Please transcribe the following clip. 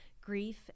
grief